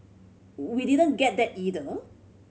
we didn't get that either